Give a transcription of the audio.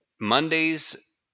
Mondays